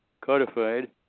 codified